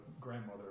grandmother